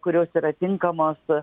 kurios yra tinkamos